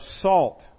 salt